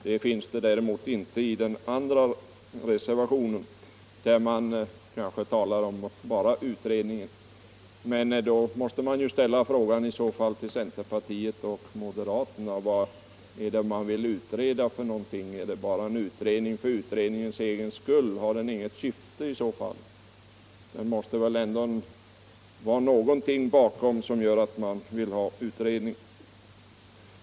Det är däremot inte uttalat i den andra reservationen, där man tycks avse bara en utredning. I så fall är frågan: Vad vill centerpartiet och moderaterna utreda för någonting? Är det bara en utredning för utredningens egen skull? Skall den inte ha något syfte? Det måste väl ändå finnas någonting bakom som gör att man vill ha en utredning.